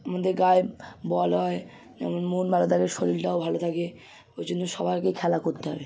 আমাদের গায়ে বল হয় আমার মন ভালো থাকে শরীরটাও ভালো থাকে ওই জন্য সবারকে খেলা করতে হবে